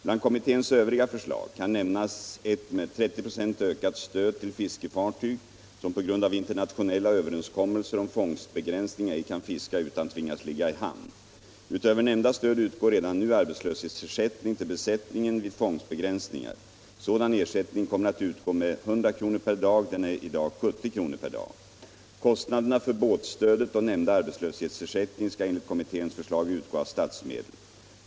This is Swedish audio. Bland kommitténs övriga förslag kan nämnas ett med 30 96 ökat stöd till fiskefartyg som på grund av internationella överenskommelser om fångstbegränsning ej kan fiska utan tvingas ligga i hamn. Utöver nämnda stöd utgår redan nu arbetslöshetsersättning till besättningen vid fångstbegränsningar. Sådan ersättning kommer att utgå med 100 kr. per dag. Den är nu 70 kr. per dag. Kostnaderna för båtstödet och nämnda arbetslöshetsersättning skall enligt kommitténs förslag utgå av statsmedel.